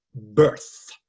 birth